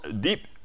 Deep